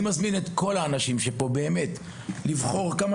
אני מזמין את כל האנשים שפה לבחור כמה